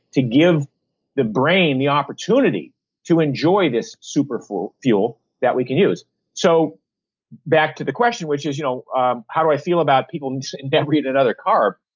to give the brain the opportunity to enjoy this super fuel fuel that we can use so back to the question which is, you know um how do i feel about people who say never eat another carb?